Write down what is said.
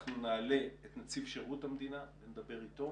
אנחנו נעלה את נציב שירות המדינה ונדבר איתו